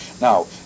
Now